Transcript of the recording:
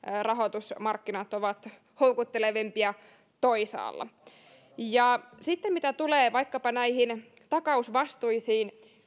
rahoitusmarkkinat ovat houkuttelevampia toisaalla sitten mitä tulee vaikkapa näihin takausvastuisiin